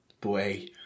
Boy